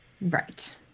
Right